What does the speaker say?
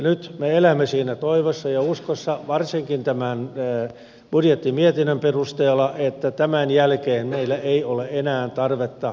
nyt me elämme siinä toivossa ja uskossa varsinkin tämän budjettimietinnön perusteella että tämän jälkeen meillä ei ole enää tarvetta supistaa verkostoa